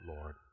Lord